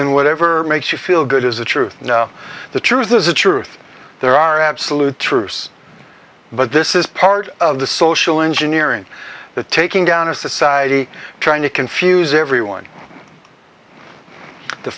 in whatever makes you feel good is the truth the truth is the truth there are absolute truths but this is part of the social engineering the taking down of society trying to confuse everyone the